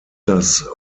das